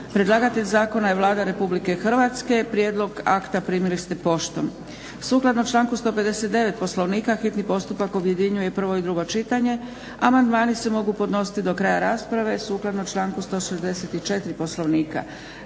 Predlagatelj zakona je Vlada Republike Hrvatske. Prijedlog akta primili ste poštom. Sukladno članku 159. Poslovnika hitni postupak objedinjuje prvo i drugo čitanje. Amandmani se mogu podnositi do kraja rasprave sukladno članku 164. Poslovnika.